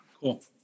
Cool